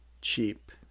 cheap